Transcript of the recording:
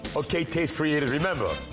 ok taste creator, remember,